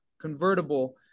convertible